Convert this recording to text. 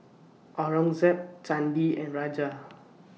Aurangzeb Chandi and Raja